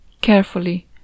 carefully